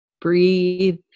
breathe